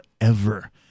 forever